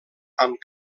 amb